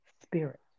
spirit